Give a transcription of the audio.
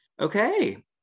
okay